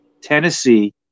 Tennessee